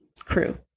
crew